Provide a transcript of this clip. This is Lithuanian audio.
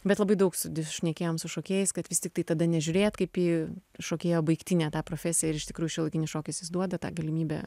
bet labai daug šnekėjom su šokėjais kad vis tiktai tada nežiūrėt kaip į šokėją baigtinę tą profesiją ir iš tikrųjų šiuolaikinis šokis vis duoda tą galimybę